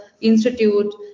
institute